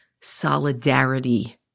solidarity